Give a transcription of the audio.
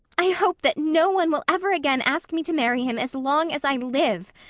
i hope that no one will ever again ask me to marry him as long as i live,